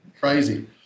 Crazy